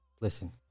Listen